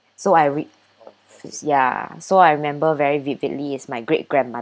so I re~ ya so I remember very vividly as my great grandmother